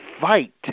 Fight